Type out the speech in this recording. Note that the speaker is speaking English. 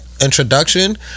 introduction